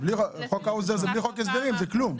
חוק האוזר זה בלי חוק הסדרים, זה כלום.